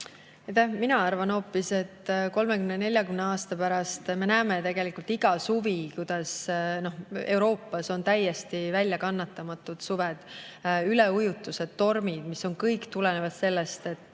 Mina arvan hoopis, et 30–40 aasta pärast me näeme, kuidas Euroopas on täiesti väljakannatamatud suved, üleujutused, tormid, mis kõik tulenevad sellest, et